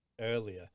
earlier